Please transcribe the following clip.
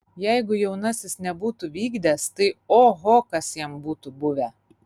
jeigu jaunasis nebūtų vykdęs tai oho kas jam būtų buvę